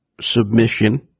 submission